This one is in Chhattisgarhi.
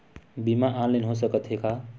बीमा ऑनलाइन हो सकत हे का?